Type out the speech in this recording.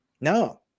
No